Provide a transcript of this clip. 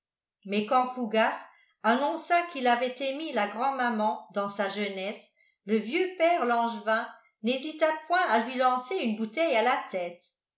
mais quand fougas annonça qu'il avait aimé la grand maman dans sa jeunesse le vieux père langevin n'hésita point à lui lancer une bouteille à la tête